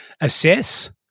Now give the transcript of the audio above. Assess